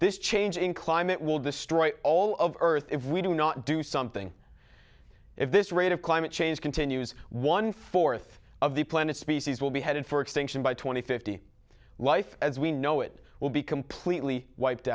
this change in climate will destroy all of earth if we do not do something if this rate of climate change continues one fourth of the planet's species will be headed for extinction by two thousand and fifty life as we know it will be completely wiped